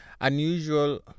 Unusual